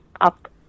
up